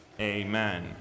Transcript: Amen